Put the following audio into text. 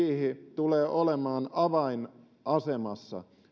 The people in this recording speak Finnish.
tulee olemaan avainasemassa